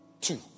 two